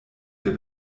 der